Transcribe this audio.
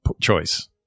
choice